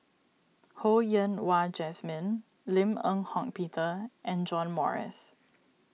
Ho Yen Wah Jesmine Lim Eng Hock Peter and John Morrice